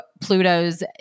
Pluto's